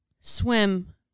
swim